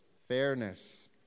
fairness